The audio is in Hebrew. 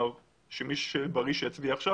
שמי שבריא יצביע עכשיו